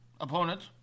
opponents